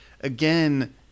again